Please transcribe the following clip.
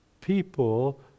people